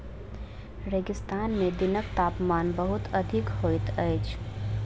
रेगिस्तान में दिनक तापमान बहुत अधिक होइत अछि